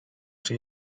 czy